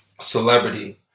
celebrity